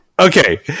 Okay